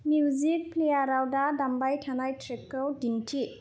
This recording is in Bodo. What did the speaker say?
मिउजिक प्लेयाराव दा दामबाय थानाय ट्रेकखौ दिन्थि